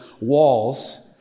walls